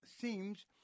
seems